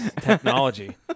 Technology